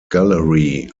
gallery